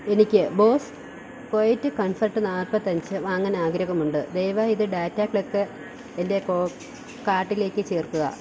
എനിക്ക് Bose quiet comfort നാൽപ്പത്തഞ്ച് വാങ്ങാൻ ആഗ്രഹമുണ്ട് ദയവായി ഇത് ഡാറ്റ ക്ലിക്ക് എൻ്റെ കാർട്ടിലേക്ക് ചേർക്കുക